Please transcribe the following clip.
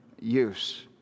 use